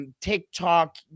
TikTok